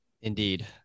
Indeed